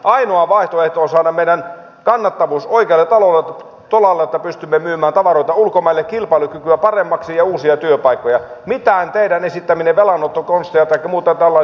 ainoa vaihtoehto on saada meidän kannattavuutemme oikealle tolalle että pystymme myymään tavaroita ulkomaille saamaan kilpailukykyä paremmaksi ja uusia työpaikkoja ei tarvita mitään teidän esittämiänne velanottokonsteja taikka muita tällaisia